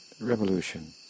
Revolution